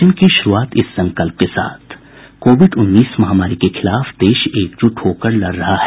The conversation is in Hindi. बुलेटिन की शुरूआत इस संकल्प के साथ कोविड उन्नीस महामारी के खिलाफ देश एकजुट होकर लड़ रहा है